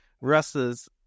Russ's